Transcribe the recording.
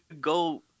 go